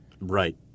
right